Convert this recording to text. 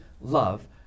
love